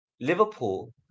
Liverpool